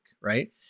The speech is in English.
right